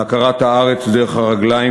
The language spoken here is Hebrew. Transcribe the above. להכרת הארץ דרך הרגליים,